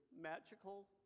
magical